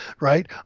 right